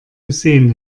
gesehen